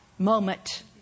moment